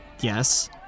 Yes